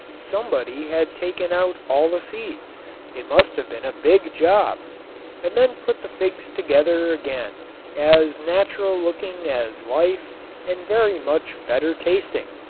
somebody had taken out all the seeds it must have been a big job and then put the figs together again as natural looking as life and very much better tasting.